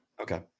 Okay